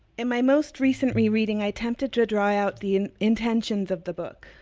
in my most recent re-reading, i tempted to draw out the intentions of the book,